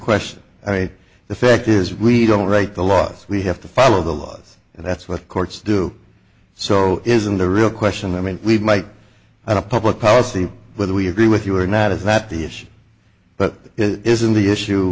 question i mean the fact is we don't write the laws we have to follow the laws and that's what courts do so isn't the real question i mean we might have a public policy whether we agree with you or not is not the issue but that isn't the issue